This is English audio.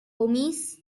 homies